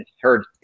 heard